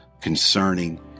concerning